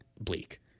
bleak